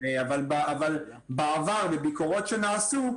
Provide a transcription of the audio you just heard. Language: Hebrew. אבל בעבר בביקורות שנעשו,